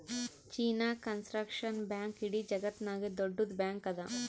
China construction bank ಇಡೀ ಜಗತ್ತನಾಗೆ ದೊಡ್ಡುದ್ ಬ್ಯಾಂಕ್ ಅದಾ